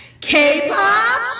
K-Pop